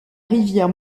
rivière